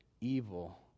evil